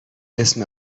اسم